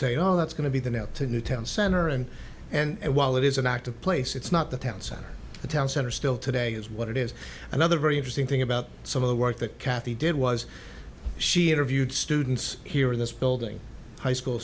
saying oh that's going to be the no two new town center and and while it is an act of place it's not the town center the town center still today is what it is another very interesting thing about some of the work that cathy did was she interviewed students here in this building high school